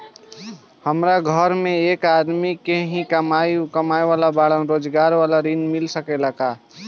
हमरा घर में एक आदमी ही कमाए वाला बाड़न रोजगार वाला ऋण मिल सके ला?